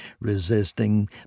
Resisting